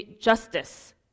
Justice